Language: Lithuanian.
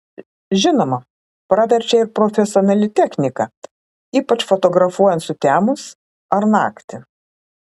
žinoma praverčia ir profesionali technika ypač fotografuojant sutemus ar naktį